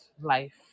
life